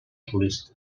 solista